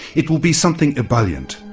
it will be something ebullient,